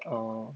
orh